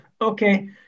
Okay